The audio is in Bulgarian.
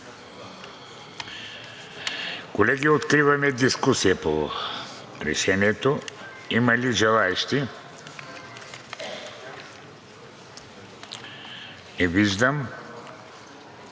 Колеги, откривам дискусия по Решението. Има ли желаещи? Не виждам.